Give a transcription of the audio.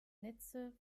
netze